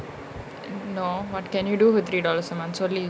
no what can you do with three dollars a months only